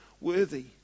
worthy